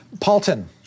Paulton